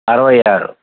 అరవై ఆరు